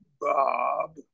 Bob